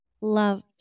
loved